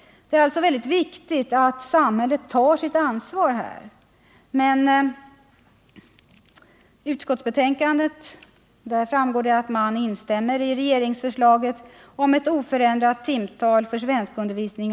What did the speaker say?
Det är alltså mycket viktigt att samhället tar sitt ansvar här. Av utskottsbetänkandet framgår emellertid att utskottet instämmer med vad som sägs i regeringsförslaget om ett oförändrat timantal för denna svenskundervisning.